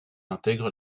intègre